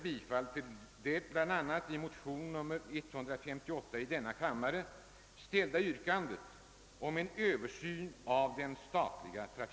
Med det anförda vill jag